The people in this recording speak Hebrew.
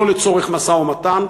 לא לצורך משא-ומתן,